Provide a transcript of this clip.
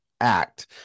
act